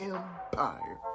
Empire